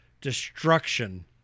destruction